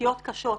התפתחותיות קשות.